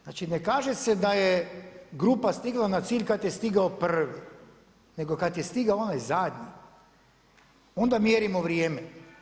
Znači ne kaže se da je grupa stigla na cilj kad je stigao prvi, nego kad je stigao onaj zadnji onda mjerimo vrijeme.